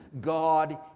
God